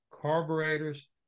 carburetors